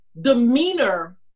demeanor